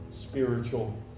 spiritual